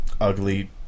ugly